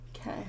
Okay